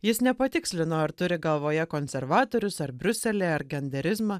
jis nepatikslino ar turi galvoje konservatorius ar briuselį ar genderizmą